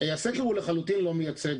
הסקר הוא לחלוטין לא מייצג,